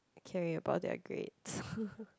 caring about their grades